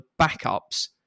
backups